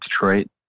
Detroit